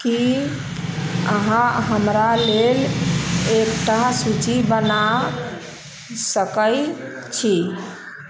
की अहाँ हमरा लेल एकटा सूची बना सकैत छी